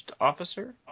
officer